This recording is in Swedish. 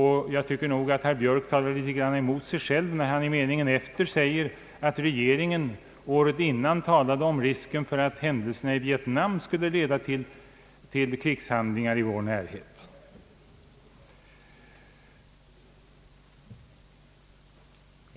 Herr Björk motsäger sig själv när han meningen efter förklarar att regeringen året innan talade om risken för att händelserna i Vietnam skulle leda till krigshandlingar i vår närhet.